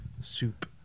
soup